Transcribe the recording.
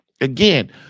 Again